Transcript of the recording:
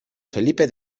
felipe